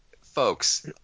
folks